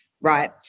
right